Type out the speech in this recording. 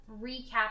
recap